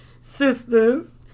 sisters